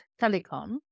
Telecom